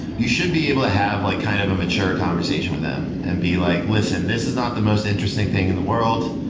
you should be able to have like kind of a mature conversation with them and be like, listen, this is not the most interesting thing in the world,